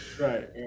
Right